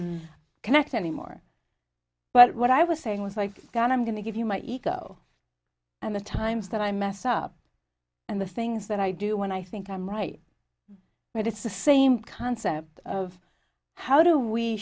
connect anymore but what i was saying was i can i'm going to give you my ego and the times that i mess up and the things that i do when i think i'm right but it's the same concept of how do we